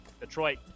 Detroit